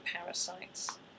parasites